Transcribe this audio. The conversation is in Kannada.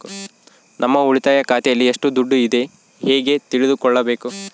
ನಮ್ಮ ಉಳಿತಾಯ ಖಾತೆಯಲ್ಲಿ ಎಷ್ಟು ದುಡ್ಡು ಇದೆ ಹೇಗೆ ತಿಳಿದುಕೊಳ್ಳಬೇಕು?